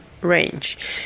range